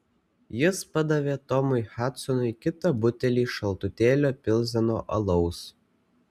jis padavė tomui hadsonui kitą butelį šaltutėlio pilzeno alaus